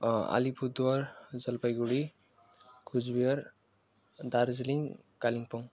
Alipurduar Jalpaiguri Cooch Behar Darjeeling Kalimpong